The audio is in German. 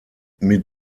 mit